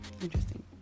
Interesting